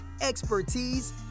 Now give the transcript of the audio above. expertise